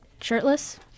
shirtless